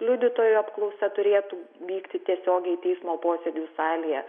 liudytojų apklausa turėtų vykti tiesiogiai teismo posėdžių salėje